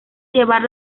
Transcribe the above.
llevar